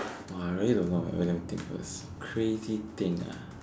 orh I really don't know leh wait let me think first crazy thing ah